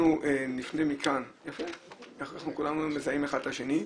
אנחנו כולנו מזהים אחד את השני.